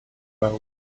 world